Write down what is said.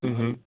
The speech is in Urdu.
ہوں ہوں